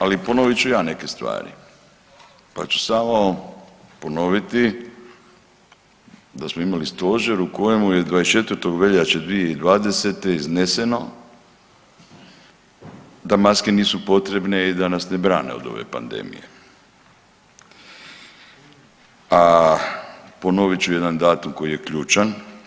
Ali ponovit ću i ja neke stvari pa ću samo ponoviti da smo imali stožer u kojemu je 24. veljače 2020. izneseno da maske nisu potrebne i da nas ne brane od ove pandemije, a ponovit ću jedan datum koji je ključan.